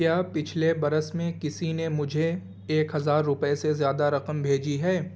کیا پچھلے برس میں کسی نے مجھے ایک ہزار روپے سے زیادہ رقم بھیجی ہے